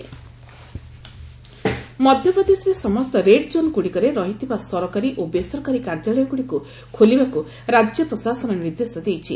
MP offices ମଧ୍ୟପ୍ରଦେଶରେ ସମସ୍ତ red zone ଗୁଡ଼ିକରେ ରହିଥିବା ସରକାରୀ ଓ ବେସରକାରୀ କାର୍ଯ୍ୟାଳୟ ଗୁଡ଼ିକୁ ଖୋଲିବାକୁ ରାଜ୍ୟ ପ୍ରଶାସନ ନିର୍ଦ୍ଦେଶ ଦେଇଛି